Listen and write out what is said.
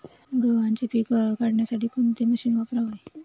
गव्हाचे पीक काढण्यासाठी कोणते मशीन वापरावे?